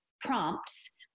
prompts